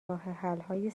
راهحلهای